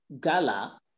Gala